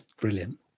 Brilliant